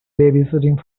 babysitting